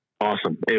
awesome